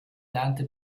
lernte